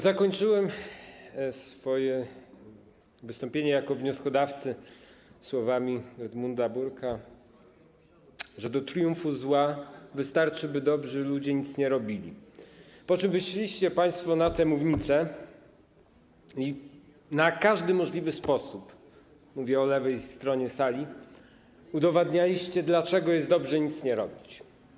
Zakończyłem swoje wystąpienie wnioskodawcy słowami Edmunda Burke’a, że do triumfu zła wystarczy, by dobrzy ludzie nic nie robili, po czym wyszliście państwo na tę mównicę i na każdy możliwy sposób - mówię o lewej stronie sali - udowadnialiście, dlaczego jest dobrze nic nie robić.